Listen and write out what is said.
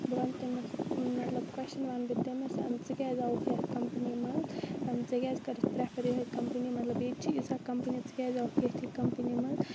بہٕ وَنہٕ تٔمِس مطلب کوسچن وَنہٕ بہٕ تٔمِس زن ژٕ کیاِزِ آوُکھ یَتھ کَمپٔنی منٛز ژےٚ کیازِ کٔرٕتھ پریفر یِہٲے کَمپٔنی مطلب ییٚتہِ چھِ ییژاہ کَمپٔنی مطلب ژٕ کیازِ آوُکھ یِتھی کَمپٔنی منٛز